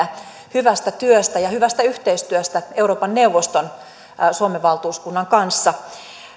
hyvästä työstä ja hyvästä yhteistyöstä euroopan neuvoston suomen valtuuskunnan kanssa